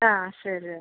ആ ശരി